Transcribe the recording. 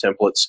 templates